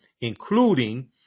including